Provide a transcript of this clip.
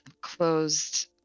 closed